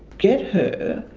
get her,